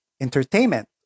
entertainment